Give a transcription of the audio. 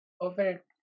over